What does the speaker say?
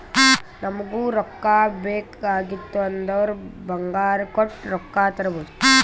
ನಮುಗ್ ರೊಕ್ಕಾ ಬೇಕ್ ಆಗಿತ್ತು ಅಂದುರ್ ಬಂಗಾರ್ ಕೊಟ್ಟು ರೊಕ್ಕಾ ತರ್ಬೋದ್